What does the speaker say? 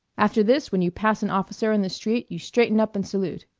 after this when you pass an officer on the street you straighten up and salute!